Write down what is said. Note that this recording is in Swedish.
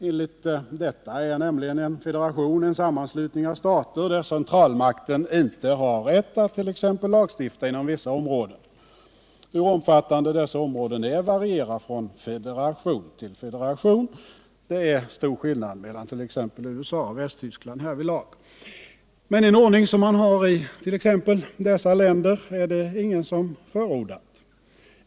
Enligt detta är nämligen en federation en sammanslutning av stater, där centralmakten inte har rättighet att t.ex. lagstifta inom vissa områden. Hur omfattande dessa områden är varierar från federation till federation. Det är stor skillnad mellan t.ex. USA och Västtyskland härvidlag. Men en ordning som man har i t.ex. dessa länder har ingen förordat.